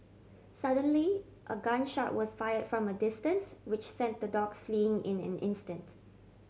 suddenly a gun shot was fire from a distance which sent the dogs fleeing in an instant